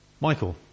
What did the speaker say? Michael